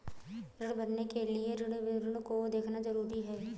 ऋण भरने के लिए ऋण विवरण को देखना ज़रूरी है